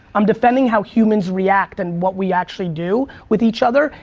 i'm defending how humans react and what we actually do with each other,